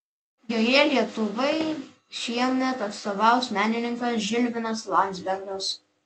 joje lietuvai šiemet atstovaus menininkas žilvinas landzbergas